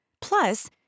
Plus